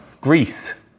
Greece